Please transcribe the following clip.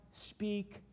speak